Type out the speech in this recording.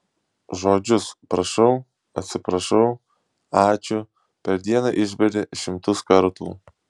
žodžius prašau atsiprašau ačiū per dieną išberi šimtus kartų